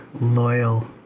loyal